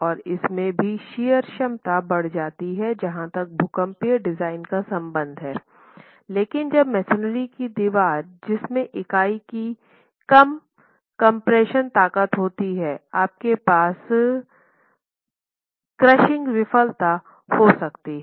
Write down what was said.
और इसमे भी शियर क्षमता बढ़ जाती है जहां तक भूकंपीय डिज़ाइन का संबंध है लेकिन जब मेसनरी की दीवार जिसमें इकाई की कम कम्प्रेशन ताकत होती है आपके पास क्रशिंग विफलता हो सकती है